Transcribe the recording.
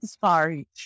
sorry